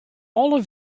alle